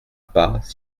pas